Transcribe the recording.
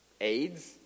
AIDS